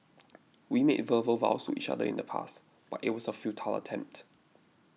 we made verbal vows to each other in the past but it was a futile attempt